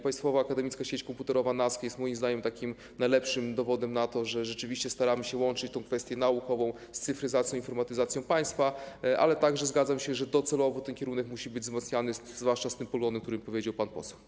Państwowa akademicka sieć komputerowa NASK jest moim zdaniem najlepszym dowodem na to, że rzeczywiście staramy się łączyć kwestię naukową z cyfryzacją i informatyzacją państwa, ale także zgadzam się, że docelowo ten kierunek musi być wzmacniany, zwłaszcza z tych powodów, o których powiedział pan poseł.